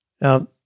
Now